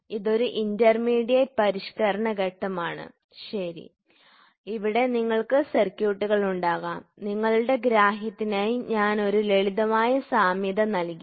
അതിനാൽ ഇതൊരു ഇന്റർമീഡിയറ്റ് പരിഷ്ക്കരണ ഘട്ടമാണ് ശരി ഇവിടെ നിങ്ങൾക്ക് സർക്യൂട്ടുകൾ ഉണ്ടാകാം നിങ്ങളുടെ ഗ്രാഹ്യത്തിനായി ഞാൻ ഒരു ലളിതമായ സാമ്യത നൽകി